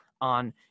on